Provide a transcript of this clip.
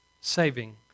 Saving